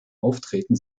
auftreten